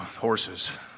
horses